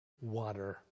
water